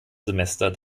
semester